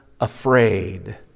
afraid